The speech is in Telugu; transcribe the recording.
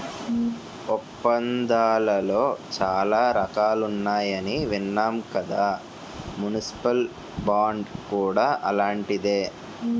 ఒప్పందాలలో చాలా రకాలున్నాయని విన్నాం కదా మున్సిపల్ బాండ్ కూడా అలాంటిదే